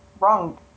wrong